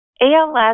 ALS